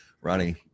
Ronnie